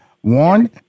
One